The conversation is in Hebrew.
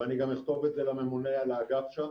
ואני גם אכתוב את זה לממונה על האגף שם.